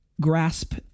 grasp